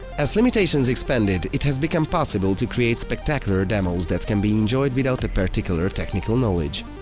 as limitations expanded, it has become possible to create spectacular demos that can be enjoyed without a particular technical knowledge.